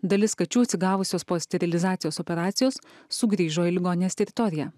dalis kačių atsigavusios po sterilizacijos operacijos sugrįžo į ligonės teritoriją